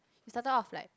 we started out of like